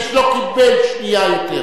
איש לא קיבל שנייה יותר,